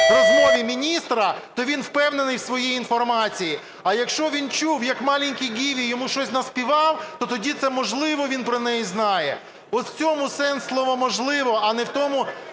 розмові міністра, то він впевнений у своїй інформації, а якщо він чув, як "маленький Гіві" йому щось наспівав, то тоді це, можливо, він про неї знає. От у цьому сенс слова "можливо", а не в тому,